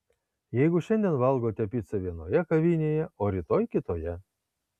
jeigu šiandien valgote picą vienoje kavinėje o rytoj kitoje